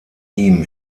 ihm